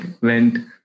went